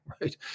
right